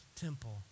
temple